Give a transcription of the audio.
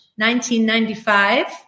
1995